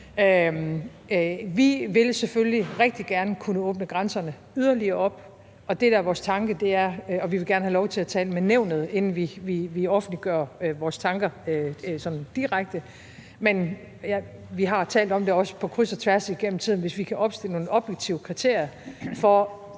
Vi vil selvfølgelig rigtig gerne kunne åbne grænserne yderligere op, og vi vil gerne have lov til tale med Nævnet, inden vi offentliggør vores tanker sådan direkte. Men vi har også talt om på kryds og tværs igennem tiden, om vi kan opstille nogle objektive kriterier for